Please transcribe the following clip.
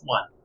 One